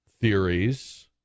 theories